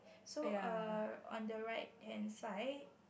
so err on the right hand side